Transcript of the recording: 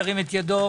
ירים את ידו.